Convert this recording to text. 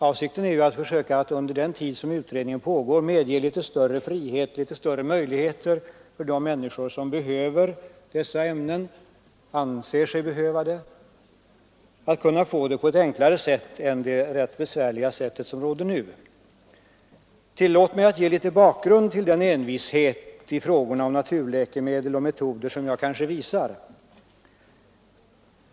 Avsikten är nämligen att under den tid utredningen pågår försöka medge litet större frihet och litet större möjligheter för de människor, som anser sig behöva dessa naturläkemedel, att skaffa sig dem på ett enklare sätt än nu. Tillåt mig att här ge litet bakgrund till den envishet i frågorna om naturläkemedel och metoder som jag kanske visar.